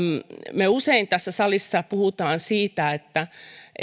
me usein tässä salissa puhumme siitä että